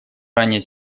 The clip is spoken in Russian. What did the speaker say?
ранее